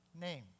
name